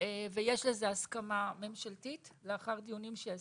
ויש לזה הסכמה ממשלתית לאחר דיונים שעשינו,